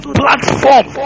platform